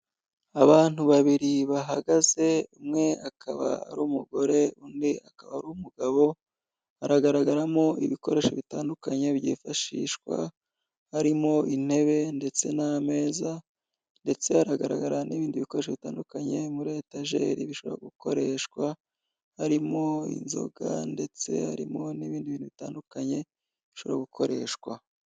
Abantu babiri bahagaze umwe akaba ari umugore undi akaba ari umugabo, haragaragaramo ibikoresho bitandukanye byifashishwa, harimo intebe ndetse n'ameza ndetse haragaragaramo n'ibindi bikoresho bitandukanye muri etajeri bishobora gukoreshwa, harimo inzoga ndetse harimo n'ibindi bintu bitandukanye bishobora gukoreshwa.